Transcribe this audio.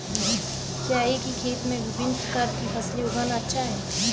क्या एक ही खेत में विभिन्न प्रकार की फसलें उगाना अच्छा है?